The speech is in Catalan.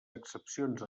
excepcions